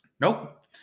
Nope